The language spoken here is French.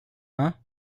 hein